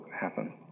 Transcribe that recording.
happen